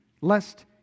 lest